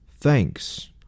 Thanks